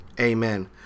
Amen